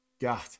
God